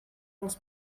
dels